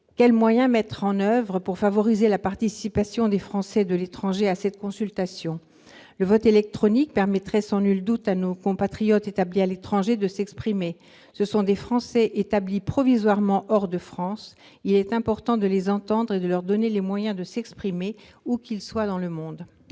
Quels moyens mettre en oeuvre pour favoriser la participation des Français de l'étranger à cette consultation électorale ? Le vote électronique permettrait sans nul doute à nos compatriotes installés à l'étranger de prendre part au scrutin. Ce sont des Français établis provisoirement hors de France ; il est important de les entendre et de leur donner les moyens de s'exprimer, où qu'ils soient dans le monde.